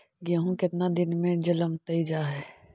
गेहूं केतना दिन में जलमतइ जा है?